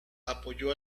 apoyó